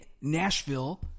Nashville